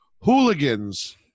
hooligans